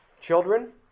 Children